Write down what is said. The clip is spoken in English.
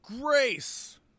Grace